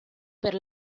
per